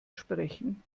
sprechen